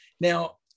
Now